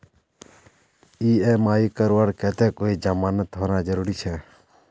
EMI करवार केते कोई जमानत होना जरूरी छे?